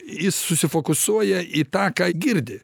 jis susifokusuoja į tą ką girdi